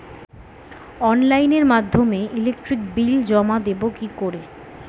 অনলাইনের মাধ্যমে electric bill জমা দেবো কি করে?